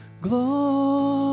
glory